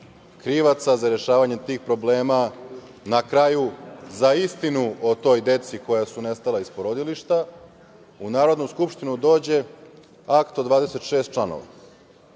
krivaca za rešavanje tih problema, na kraju, za istinu o toj deci koja su nestala iz porodilišta, u Narodnu skupštinu dođe akt od 26 članova. Možda